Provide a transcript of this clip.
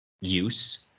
use